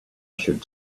should